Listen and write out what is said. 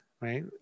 right